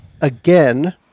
again